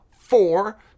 four